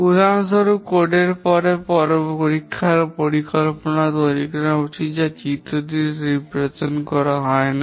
উদাহরণস্বরূপ কোডের পরে পরীক্ষার পরিকল্পনা তৈরি করা উচিত যা এই চিত্রটিতে চিত্রিত করা হয় না